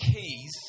keys